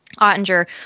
Ottinger